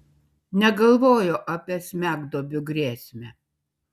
negalvojo apie smegduobių grėsmę